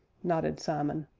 nodded simon.